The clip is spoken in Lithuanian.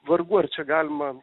vargu ar čia galima